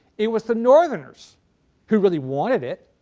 it was the northerners who really wanted it.